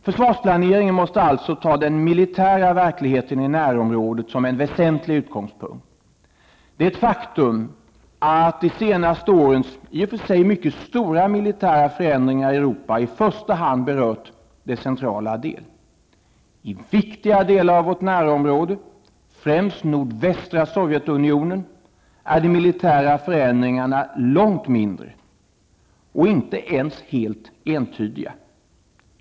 Försvarsplaneringen måste alltså ta den militära verkligheten i närområdet som en väsentlig utgångspunkt. Det är ett faktum att de senaste årens i och för sig mycket stora militära förändringar i Europa i första hand berört dess centrala del. I viktiga delar av vårt närområde, främst nordvästra Sovjetunionen, är de militära förändringarna långt mindre, och inte ens helt entydiga.